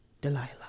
Delilah